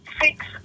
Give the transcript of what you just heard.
six